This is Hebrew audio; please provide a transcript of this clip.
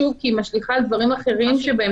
שוב כי היא משליכה על דברים אחרים שבהם